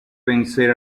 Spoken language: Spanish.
vencer